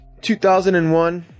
2001